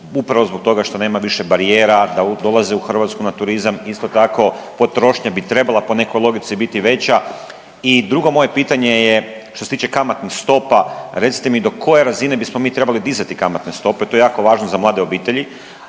upravo zbog toga što nema više barijera da dolaze u Hrvatsku na turizam, isto tako potrošnja bi trebala po nekoj logici biti veća. I drugo moje pitanje je što se tiče kamatnih stopa, recite mi do koje razine bismo mi trebali dizati kamatne stope? To je jako važno za mlade obitelji.